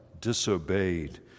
disobeyed